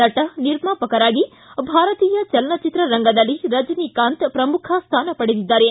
ನಟ ನಿರ್ಮಾಪಕರಾಗಿ ಭಾರತೀಯ ಚಲನಚಿತ್ರ ರಂಗದಲ್ಲಿ ರಜನಿಕಾಂತ್ ಪ್ರಮುಖ ಸ್ಥಾನ ಪಡೆದಿದ್ದಾರೆ